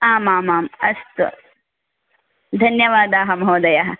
आमामाम् अस्तु धन्यवादाः महोदयः